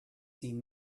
seen